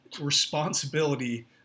responsibility